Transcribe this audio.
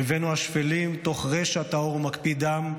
אויבינו השפלים, תוך רשע טהור מקפיא דם,